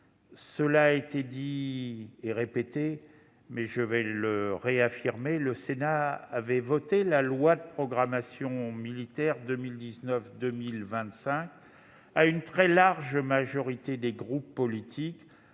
cela a été dit et répété : le Sénat avait adopté la loi de programmation militaire 2019-2025 à une très large majorité des groupes politiques,